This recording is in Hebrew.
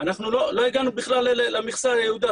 לא הגענו למכסה היעודה,